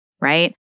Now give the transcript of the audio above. right